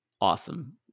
Awesome